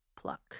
pluck